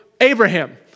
Abraham